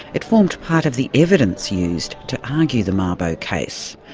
it formed part of the evidence used to argue the mabo case.